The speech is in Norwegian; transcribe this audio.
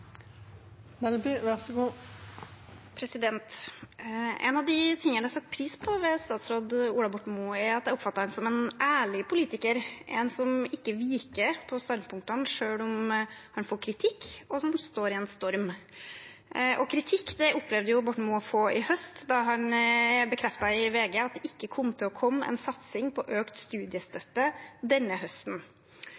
at jeg oppfatter ham som en ærlig politiker, en som ikke viker på standpunktene selv om han får kritikk, og som står i en storm. Kritikk opplevde Borten Moe å få i høst da han bekreftet i VG at det ikke kom til å komme en satsing på